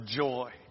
joy